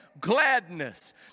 gladness